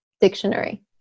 dictionary